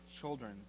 children